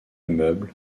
meubles